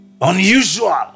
Unusual